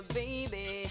baby